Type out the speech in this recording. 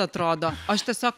atrodo aš tiesiog